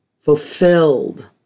fulfilled